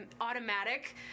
automatic